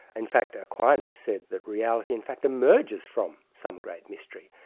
in fact aquinas said that reality in fact emerges from some great mystery.